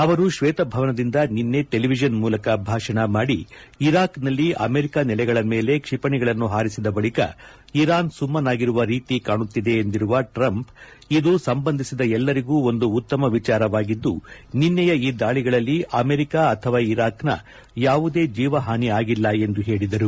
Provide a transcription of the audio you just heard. ಅವರು ಶ್ಲೇತ ಭವನದಿಂದ ನಿನ್ನೆ ಟೆಲಿವಿಷನ್ ಮೂಲಕ ಭಾಷಣ ಮಾಡಿ ಇರಾಕ್ನಲ್ಲಿ ಅಮೆರಿಕ ನೆಲೆಗಳ ಮೇಲೆ ಕ್ಷಿಪಣಿಗಳನ್ನು ಹಾರಿಸಿದ ಬಳಿಕ ಇರಾನ್ ಸುಮ್ಮನಾಗಿರುವ ರೀತಿ ಕಾಣುತ್ತಿದೆ ಎಂದಿರುವ ಟ್ರಂಪ್ ಇದು ಸಂಬಂಧಿಸಿದ ಎಲ್ಲರಿಗೂ ಒಂದು ಉತ್ತಮ ವಿಚಾರವಾಗಿದ್ದು ನಿನ್ನೆಯ ಈ ದಾಳಿಗಳಲ್ಲಿ ಅಮೆರಿಕ ಅಥವಾ ಇರಾಕ್ನ ಯಾವುದೇ ಜೀವಹಾನಿ ಆಗಿಲ್ಲ ಎಂದು ಹೇಳಿದರು